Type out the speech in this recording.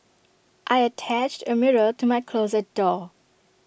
I attached A mirror to my closet door